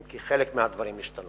אם כי חלק מהדברים השתנו,